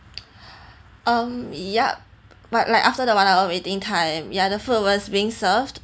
um yup but like after the one hour waiting time ya the food was being served